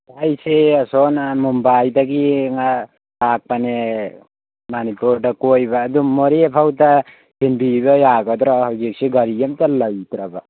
ꯑꯩꯁꯦ ꯑꯁꯣꯟ ꯃꯨꯝꯕꯥꯏꯗꯒꯤ ꯂꯥꯛꯄꯅꯦ ꯃꯅꯤꯄꯨꯔꯗ ꯀꯣꯏꯕ ꯑꯗꯨꯝ ꯃꯣꯔꯦ ꯐꯥꯎꯇ ꯊꯤꯟꯕꯤꯕ ꯌꯥꯒꯗ꯭ꯔꯣ ꯍꯧꯖꯤꯛꯁꯦ ꯒꯥꯔꯤꯁꯦ ꯑꯝꯇ ꯂꯩꯇ꯭ꯔꯕ